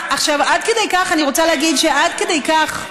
אני רוצה להגיד שעד כדי כך,